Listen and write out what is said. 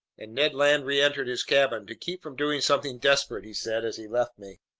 and ned land reentered his cabin, to keep from doing something desperate, he said as he left me.